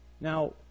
Now